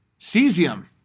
Cesium